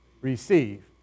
receive